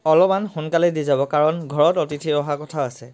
অলপমান সোনকালে দি যাব কাৰণ ঘৰত অতিথি অহা কথা আছে